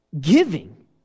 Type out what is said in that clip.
Giving